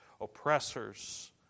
oppressors